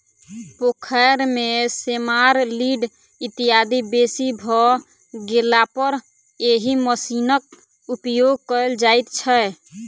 पोखैर मे सेमार, लीढ़ इत्यादि बेसी भ गेलापर एहि मशीनक उपयोग कयल जाइत छै